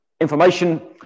information